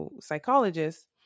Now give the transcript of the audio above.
psychologist